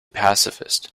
pacifist